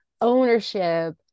ownership